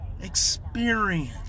experience